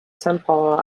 tempore